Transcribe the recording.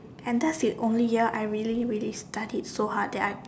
and that's the only year I really really studied so hard that